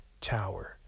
tower